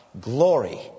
glory